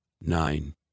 Nine